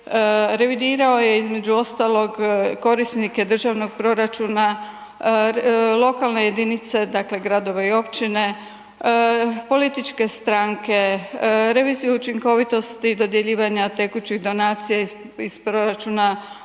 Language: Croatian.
revidirao je između ostalog korisnike državnog proračuna, lokalne jedinice, dakle gradove i općine, političke stranke, reviziju učinkovitosti dodjeljivanja tekućih donacija iz proračuna jedinica